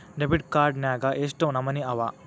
Debit card ನ್ಯಾಗ್ ಯೆಷ್ಟ್ ನಮನಿ ಅವ?